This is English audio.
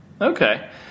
okay